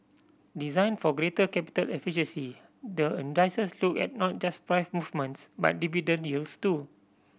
designed for greater capital efficiency the indices look at not just price movements but dividend yields too